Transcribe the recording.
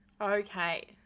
Okay